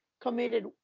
committed